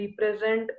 represent